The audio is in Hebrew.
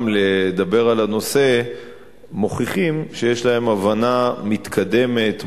לדבר על הנושא מוכיחים שיש להם הבנה מתקדמת,